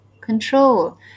Control